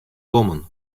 kommen